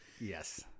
Yes